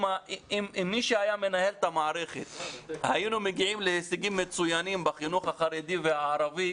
אם היינו מגיעים להישגים מצוינים בחינוך החרדי והערבי